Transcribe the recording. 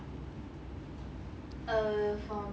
eh by the way what kind of hobbies do you like ah